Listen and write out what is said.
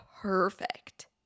Perfect